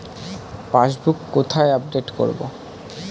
Passbook কোথায় update করব?